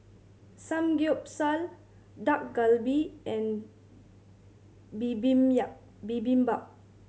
Samgeyopsal Dak Galbi and Bibimbap